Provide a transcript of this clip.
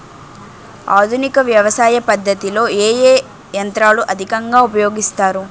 ఆధునిక వ్యవసయ పద్ధతిలో ఏ ఏ యంత్రాలు అధికంగా ఉపయోగిస్తారు?